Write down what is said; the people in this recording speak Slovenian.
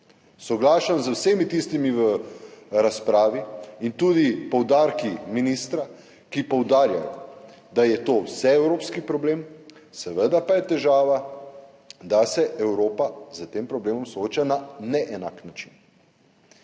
Soglašam z vsemi tistimi v razpravi in tudi s poudarki ministra, ki poudarja, da je to vseevropski problem, seveda pa je težava, da se Evropa s tem problemom sooča na neenak način.